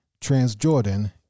Transjordan